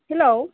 hello